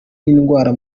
n’indwara